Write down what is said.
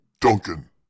Duncan